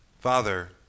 Father